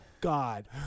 God